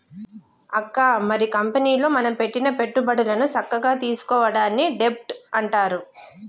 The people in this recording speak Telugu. అక్క మరి కంపెనీలో మనం పెట్టిన పెట్టుబడులను సక్కగా తీసుకోవడాన్ని డెబ్ట్ అంటారు